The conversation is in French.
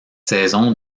saison